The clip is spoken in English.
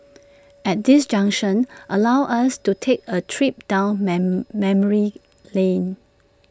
at this junction allow us to take A trip down my memory lane